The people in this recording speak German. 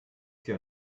sie